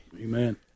Amen